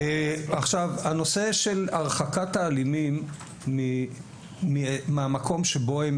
הנושא של הרחקת האלימים מהמקום שבו הם